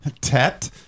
tet